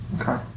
Okay